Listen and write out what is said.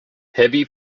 heavy